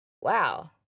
wow